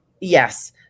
Yes